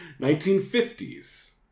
1950s